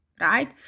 Right